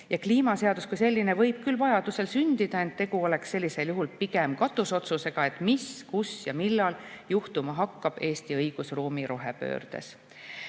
Kliimaseadus kui selline võib küll vajaduse korral sündida, ent tegu oleks sellisel juhul pigem katusotsusega, mis, kus ja millal juhtuma hakkab Eesti õigusruumi rohepöördes.